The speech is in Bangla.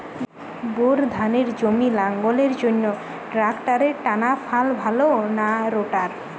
বোর ধানের জমি লাঙ্গলের জন্য ট্রাকটারের টানাফাল ভালো না রোটার?